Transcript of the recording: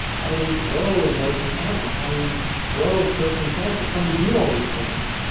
how do we grow in emotional intelligence? how do we grow in spiritual intelligence? how do we do all these things?